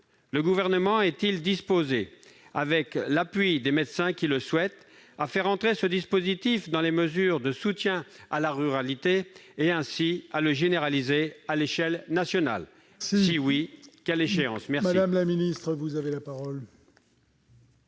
Le Gouvernement est-il disposé, avec l'appui des médecins qui le souhaitent, à faire entrer ce dispositif dans les mesures de soutien à la ruralité et, ainsi, à le généraliser à l'échelle nationale ? Et si oui, à quelle échéance ? La parole est à Mme la ministre.